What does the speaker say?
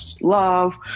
love